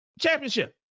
championship